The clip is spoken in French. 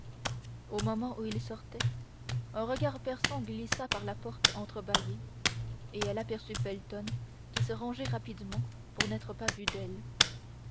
au moment où il sortait un regard perçant glissa par la porte entrebâillée et elle aperçut felton qui se rangeait rapidement pour n'être pas vu d'elle